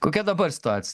kokia dabar situac